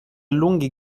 lunghi